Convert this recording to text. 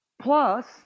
Plus